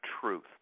truth